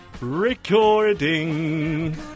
Recording